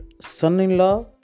Son-in-law